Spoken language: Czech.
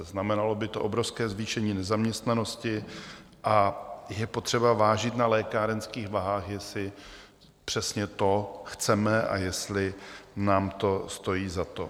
Znamenalo by to obrovské zvýšení nezaměstnanosti a je potřeba vážit na lékárenských vahách, jestli přesně to chceme a jestli nám to stojí za to.